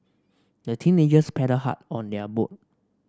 the teenagers paddled hard on their boat